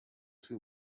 too